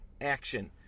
Action